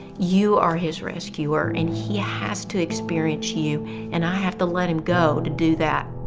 you are his rescuer and he has to experience you and i have to let him go to do that.